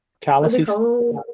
Calluses